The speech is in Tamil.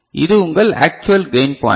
இது உங்கள் ஆக்சுவல் கையின் பாய்ண்ட்